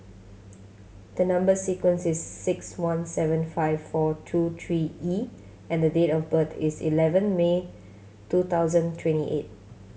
the number sequence is six one seven five four two three E and the date of birth is eleven May two thousand twenty eight